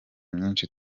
myinshi